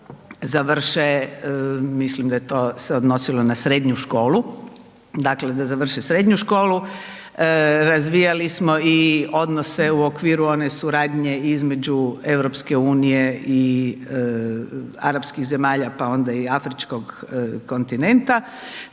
srednju školu, dakle, da završe srednju školu. Razvijali smo i odnose u okviru one suradnje između EU i arapskih zemalja, pa onda i afričkog kontinenta,